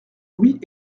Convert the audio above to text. louis